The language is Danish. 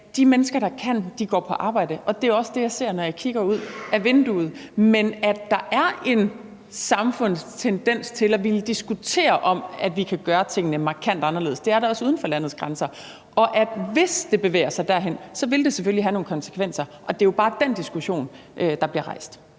de mennesker, der kan, går på arbejde. Det er også det, jeg ser, når jeg kigger ud ad vinduet. Men der er en samfundstendens til, at vi diskuterer, om vi kan gøre tingene markant anderledes – det er der også uden for landets grænser – og hvis det bevæger sig derhen, vil det selvfølgelig have nogle konsekvenser. Det er bare den diskussion, der bliver rejst.